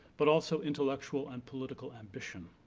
but also intellectual, and political ambition.